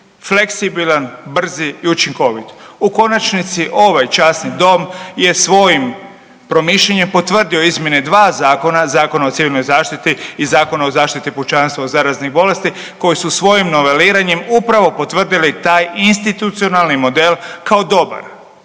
fleksibilan, brz i učinkovit. U konačnici ovaj časni dom je svojim promišljanjem potvrdio izmjene dva zakon, Zakon o civilnoj zaštiti i Zakon o zaštiti pučanstva od zaraznih bolesti koji su svojim noveliranjem upravo potvrdili taj institucionalni model kao dobar,